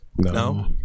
no